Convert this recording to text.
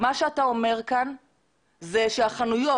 זה שהחנויות,